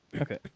Okay